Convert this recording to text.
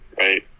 right